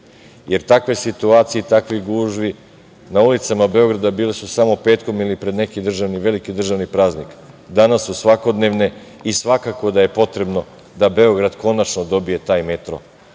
jer takve situacije i takve gužve na ulicama Beograda bile su samo petkom ili pred neki državni praznik. Danas su svakodnevne i svakodnevno da je potrebno da Beograd konačno dobije taj